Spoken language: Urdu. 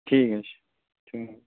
ٹھیک ہے ٹھیک